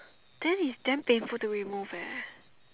then is damn painful to remove eh